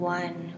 one